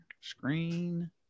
screen